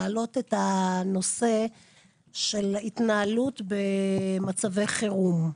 להעלות את הנושא של התנהלות במצבי חירום.